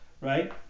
Right